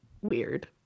weird